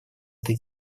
этой